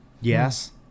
Yes